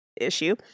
issue